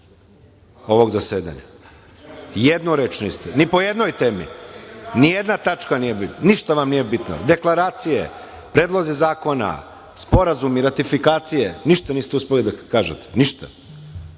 ovog zasedanja. Jednu reč niste rekli ni po jednoj temi. Ni jedna tačka vam nije bitna? Ništa vam nije bitno – deklaracije, predlozi zakona, sporazumi, ratifikacije? Ništa niste uspeli da kažete. A da